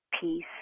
peace